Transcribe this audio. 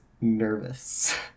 nervous